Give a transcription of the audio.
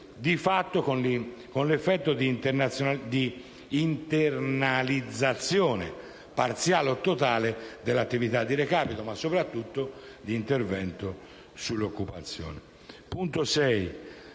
di fatto con l'effetto di internalizzazione, parziale o totale, dell'attività di recapito, ma soprattutto di intervento sull'occupazione.